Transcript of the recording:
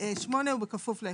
8 ובכפוף ל-1א,